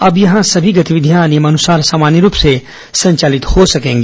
अब यहां सभी गतिविधियां नियमानुसार सामान्य रूप से संचालित होंगी